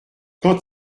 quand